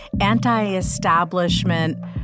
anti-establishment